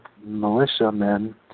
militiamen